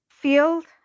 field